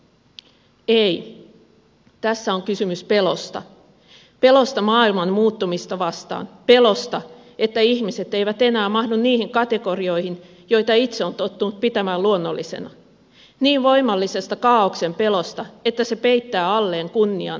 ei tässä on kysymys pelosta pelosta maailman muuttumista vastaan pelosta että ihmiset eivät enää mahdu niihin kategorioihin joita itse on tottunut pitämään luonnollisina niin voimallisesta kaaoksen pelosta että se peittää alleen kunnian ja oikeudentunnon